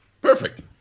Perfect